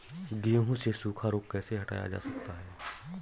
गेहूँ से सूखा रोग कैसे हटाया जा सकता है?